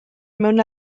mewn